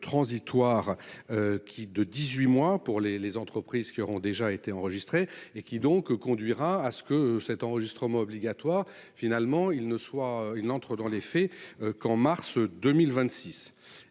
transitoire. Qui de 18 mois pour les les entreprises qui auront déjà été enregistrés et qui donc, conduira à ce que cet enregistrement obligatoire finalement il ne soit une entrent dans les faits qu'en mars 2026